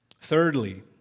thirdly